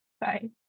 Bye